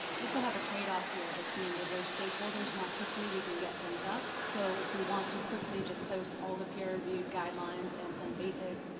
i think we'll have a trade-off here between diverse stakeholders and how quickly we can get things up. so if we want to quickly just post all the peer-reviewed guidelines and some basic